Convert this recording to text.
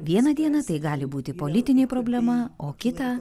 vieną dieną tai gali būti politinė problema o kitą